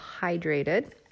hydrated